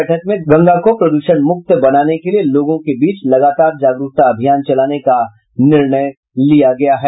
बैठक में गंगा प्रदूषण मुक्त बनाने के लिए लोगों के बीच लगातार जागरूकता अभियान चलाने का निर्णय किया गया है